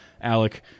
Alec